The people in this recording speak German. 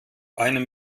einem